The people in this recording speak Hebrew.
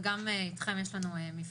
וגם איתכם יש לנו מפגש,